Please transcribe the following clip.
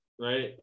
Right